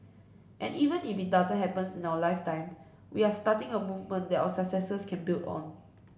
and even if it doesn't happen in our lifetime we are starting a movement that our successors can build on